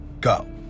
go